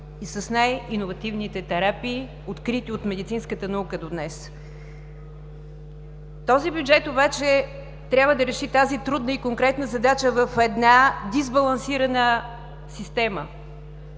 и с най-иновативните терапии, открити от медицинската наука до днес? Този бюджет обаче трябва да реши тази трудна и конкретна задача в една дисбалансирана система